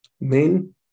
men